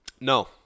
No